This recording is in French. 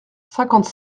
cinquante